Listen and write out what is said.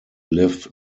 live